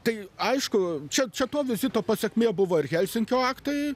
tai aišku čia čia to vizito pasekmė buvo ir helsinkio aktai